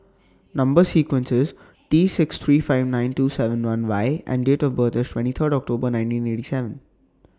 Number sequence IS T six three five nine two seven one Y and Date of birth IS twenty Third October nineteen eighty seven